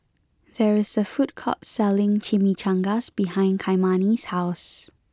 there is a food court selling Chimichangas behind Kymani's house